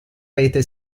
rete